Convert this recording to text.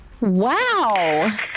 Wow